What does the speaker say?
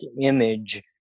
image